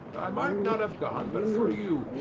i might not have gone but for you,